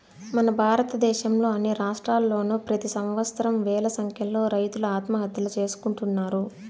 మన భారతదేశంలో అన్ని రాష్ట్రాల్లోనూ ప్రెతి సంవత్సరం వేల సంఖ్యలో రైతులు ఆత్మహత్యలు చేసుకుంటున్నారు